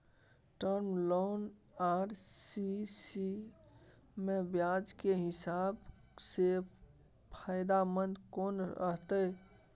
Term loan आ CC म ब्याज के हिसाब से फायदेमंद कोन रहते?